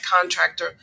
contractor